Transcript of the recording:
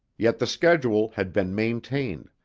yet the schedule had been maintained,